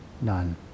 None